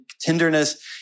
tenderness